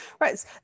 right